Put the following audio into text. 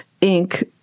ink